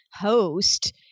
host